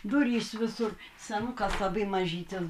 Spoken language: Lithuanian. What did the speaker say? durys visur senukas labai mažytis